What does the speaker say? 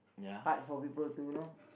hard for people to you know